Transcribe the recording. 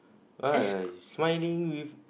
what are you smiling with